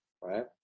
Right